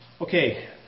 Okay